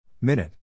Minute